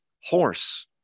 horse